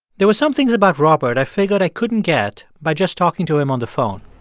there was some things about robert i figured i couldn't get by just talking to him on the phone.